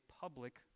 public